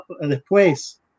después